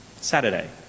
Saturday